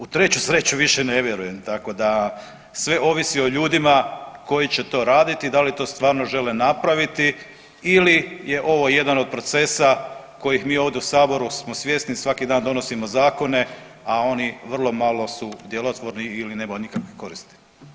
U treću sreću više ne vjerujem tako da sve ovisi o ljudima koji će to raditi i da li to stvarno žele napraviti ili je ovo jedan od procesa kojih mi ovdje u saboru smo svjesni, svaki dan donosimo zakone, a oni vrlo malo su djelotvorni ili nema nikakve koristi.